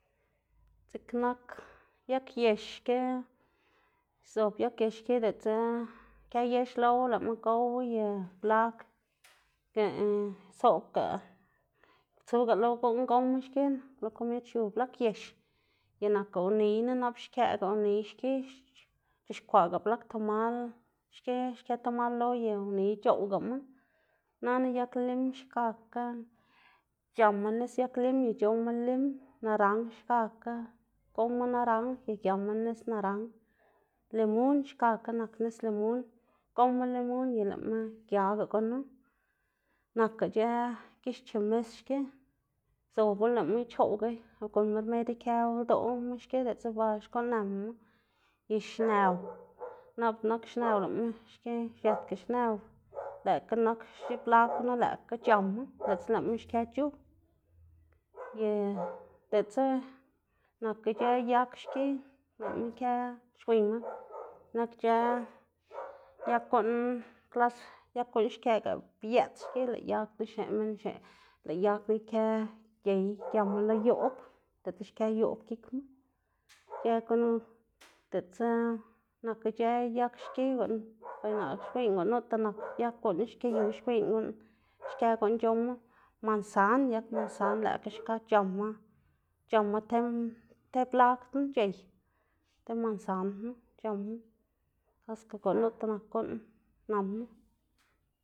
dziꞌk nak yag yex ki zob yag yex xki diꞌltsa kë yex lowu lëꞌma gowu ye blag, soꞌbga tsuga lo guꞌn gowma xki, lo komid xiu blag yex y nakga uniyna nap xkëꞌga uniy xki c̲h̲ix- c̲h̲ixkwaꞌga blag tamal xki xkë tamal lo y uniy c̲h̲oꞌwgama, nana yag lim xkakga c̲h̲ama nis yag lim c̲h̲owma lim, naranj xkakga gowma naranj y giama nis naranj, limun xkakga nak nis limun gowma limun y lëꞌma giaga gunu, nakga ic̲h̲ë gix chemis xki, zobu lëꞌma ichoꞌwgu gunnma rmed ikëwu ldoꞌma xki diꞌltsa ba xkuꞌn ba nënama gix xnëw nap x̱iꞌk nak xnëw lëꞌma xki xiëtga xnëw lëꞌkga nak xiblag gunu lëꞌkga c̲h̲ama diꞌltsa lëꞌma xkë c̲h̲u ye diꞌltsa nak ic̲h̲ë yag xki, lëꞌma kë xwiyma nak ic̲h̲ë yag guꞌn klas yag guꞌn xkëꞌga biëꞌts xki, lëꞌ yag knu xneꞌ minn xneꞌ minn lëꞌ yag knu ikë gey giama lo yoꞌb diꞌltsa xkuꞌn xkë yoꞌb gikma, ic̲h̲ë gunu diꞌltsa nak ic̲h̲ë yag xki guꞌn, bay naꞌ xwiyná gunuꞌta nak yag guꞌn xki yu xwiyná guꞌn xkë guꞌn c̲h̲owma, mansan yag mansan lëꞌkga xka c̲h̲ama c̲h̲ama te te blag knu c̲h̲ey, te mansan knu c̲h̲ama kaxka gunuta nak guꞌn c̲h̲ama.